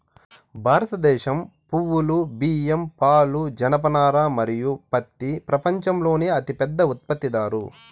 భారతదేశం పప్పులు, బియ్యం, పాలు, జనపనార మరియు పత్తి ప్రపంచంలోనే అతిపెద్ద ఉత్పత్తిదారు